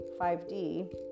5d